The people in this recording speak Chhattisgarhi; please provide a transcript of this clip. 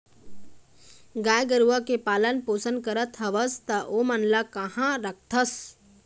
गाय गरुवा के पालन पोसन करत हवस त ओमन ल काँहा रखथस?